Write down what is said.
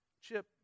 Chip